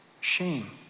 shame